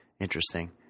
interesting